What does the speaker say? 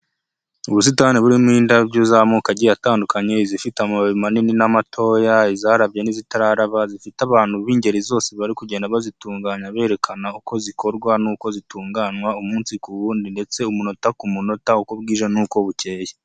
Ubusitani burimo indabyo z'amoko agiye atandukanye, izifite amababi manini n'amatoya, izarabye n'izitararaba, zifite abantu b'ingeri zose bari kugenda bazitunganya berekana uko zikorwa n'uko zitunganywa umunsi ku wundi, ndetse umunota ku munota uko bwije n'uko bukeye.